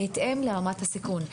בהתאם לרמת הסיכון.